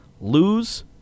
lose